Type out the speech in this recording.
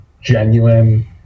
genuine